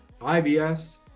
IBS